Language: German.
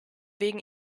wegen